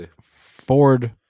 ford